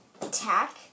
Attack